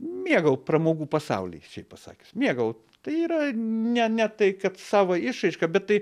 mėgau pramogų pasaulį šiaip pasakius mėgau tai yra ne ne tai kad savo išraiška bet tai